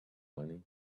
money